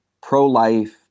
pro-life